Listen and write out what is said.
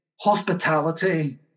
hospitality